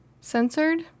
Censored